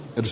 jos